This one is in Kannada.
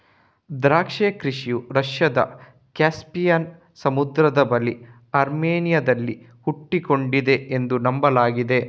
ದ್ರಾಕ್ಷಿ ಕೃಷಿಯು ರಷ್ಯಾದ ಕ್ಯಾಸ್ಪಿಯನ್ ಸಮುದ್ರದ ಬಳಿ ಅರ್ಮೇನಿಯಾದಲ್ಲಿ ಹುಟ್ಟಿಕೊಂಡಿದೆ ಎಂದು ನಂಬಲಾಗಿದೆ